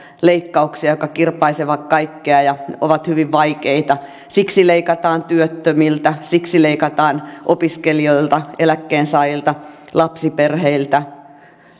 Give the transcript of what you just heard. leikkauksia jotka kirpaisevat kaikkia ja ovat hyvin vaikeita siksi leikataan työttömiltä siksi leikataan opiskelijoilta eläkkeensaajilta lapsiperheiltä